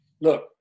Look